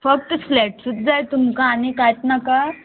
फक्त फ्लॅटसूच जाय तुमकां आनी कांय नाका